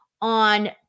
on